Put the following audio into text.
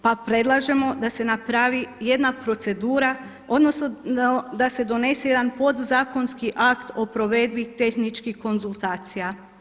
Pa predlažemo da se napravi jedna procedura, odnosno da se donese jedan podzakonski akt o provedbi tehničkih konzultacija.